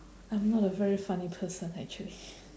I'm not a very funny person actually